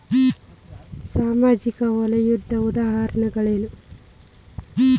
ಸಾಮಾಜಿಕ ವಲಯದ್ದು ಉದಾಹರಣೆಗಳೇನು?